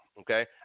okay